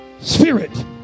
spirit